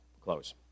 close